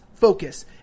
Focus